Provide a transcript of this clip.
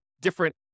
different